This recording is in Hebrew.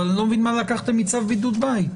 אבל אני לא מבין מה לקחתם מצו בידוד בית.